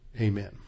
Amen